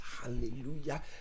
hallelujah